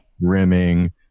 rimming